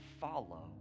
follow